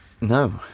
No